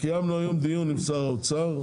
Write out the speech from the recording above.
קיימנו היום דיון עם שר האוצר,